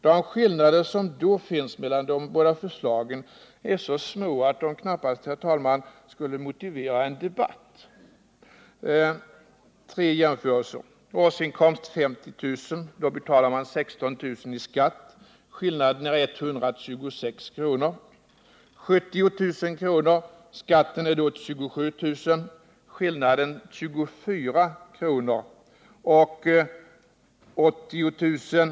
De skillnader som i det skiktet finns mellan de båda förslagen är så små att de knappast, herr talman, skulle motivera en debatt. Låt mig göra tre jämförelser. Vid en årsinkomst på 50 000 kr. betalar man 16 000 kr. i skatt, och skillnaden mellan förslagen är 126 kr. Vid 70 000 kr. i inkomst är skatten 27 000 kr. och skillnaden 24 kr. Vid 80 000 kr.